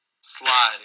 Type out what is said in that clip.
Slide